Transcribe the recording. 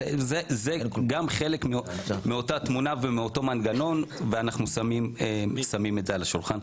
זה גם חלק מאותה תמונה ומאותו מנגנון ואנחנו שמים את זה על השולחן.